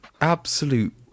absolute